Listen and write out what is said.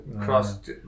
Cross